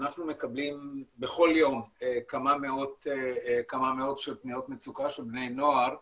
אנחנו מקבלים בכל יום כמה מאות של פניות מצוקה של בני נוער,